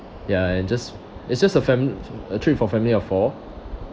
ya and just it's just a fam~ a trip for family of four